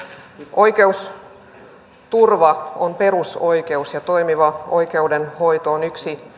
oikeusturva on perusoikeus ja toimiva oikeudenhoito on yksi